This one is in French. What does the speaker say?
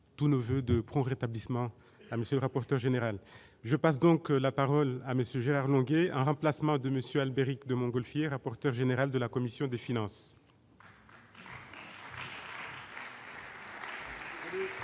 tous nos voeux de progrès publiquement à monsieur rapporteur général je passe donc la parole à monsieur en remplacement de Monsieur Albéric de Montgolfier, rapporteur général de la commission des finances.